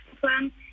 plan